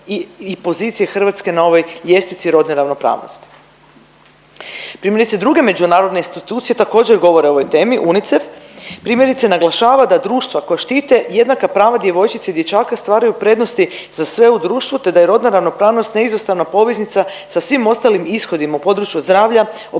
i pozicije Hrvatske na ovoj ljestvici rodne ravnopravnosti. Primjerice druge međunarodne institucije također govore o ovoj temi, UNICEF primjerice naglašava da društva koja štite jednaka prava djevojčica i dječaka stvaraju prednosti za sve u društvu, te da je rodna ravnopravnost neizostavna poveznica sa svim ostalim ishodima u području zdravlja, obrazovanja,